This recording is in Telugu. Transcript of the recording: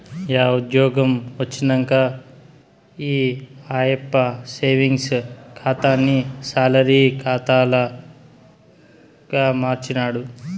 యా ఉజ్జ్యోగం వచ్చినంక ఈ ఆయప్ప సేవింగ్స్ ఖాతాని సాలరీ కాతాగా మార్చినాడు